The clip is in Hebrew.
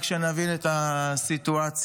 רק שנבין את הסיטואציה,